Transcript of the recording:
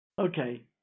Okay